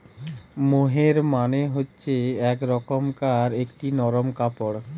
মোহের মানে হচ্ছে এক রকমকার একটি নরম কাপড়